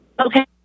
Okay